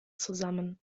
zusammen